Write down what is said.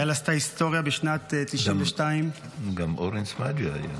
יעל עשתה היסטוריה בשנת 1992 --- גם אורן סמדג'ה היה.